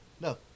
No